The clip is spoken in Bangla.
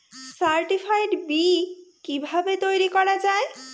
সার্টিফাইড বি কিভাবে তৈরি করা যায়?